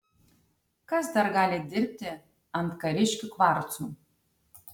kas dar gali dirbti ant kariškių kvarcų